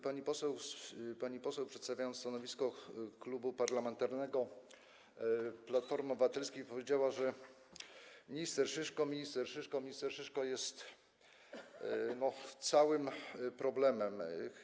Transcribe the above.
Pani poseł, przedstawiając stanowisko Klubu Parlamentarnego Platformy Obywatelskiej, powiedziała, że minister Szyszko, minister Szyszko - minister Szyszko jest całym problemem.